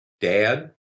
dad